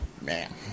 Man